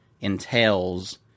entails –